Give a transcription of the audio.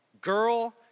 Girl